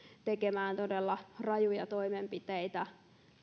tekemään todella rajuja toimenpiteitä